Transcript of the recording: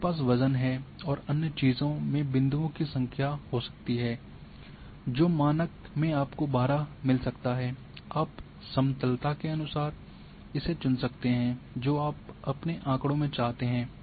आपके पास वजन है और अन्य चीजों में बिन्दुओ की संख्या हो सकती है जो मानक में आपको 12 मिल सकता है आप समतलता के अनुसार इसे चुन सकते हैंजो आप अपने आँकड़ों में चाहते हैं